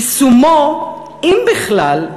יישומו, אם בכלל,